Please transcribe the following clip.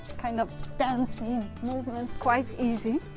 kind of dance movements, quite easy,